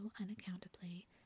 unaccountably